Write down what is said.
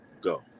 go